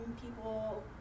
people